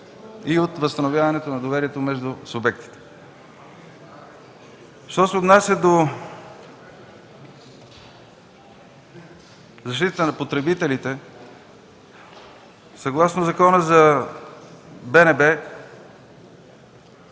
и от възстановяването на доверието между субектите. Що се отнася до защитата на потребителите. Съгласно Закона за БНБ,